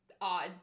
odd